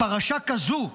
פרשה כזו,